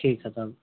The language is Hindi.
ठीक है सर